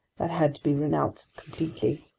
that had to be renounced completely.